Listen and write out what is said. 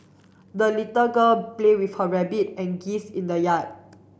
the little girl play with her rabbit and geese in the yard